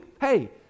hey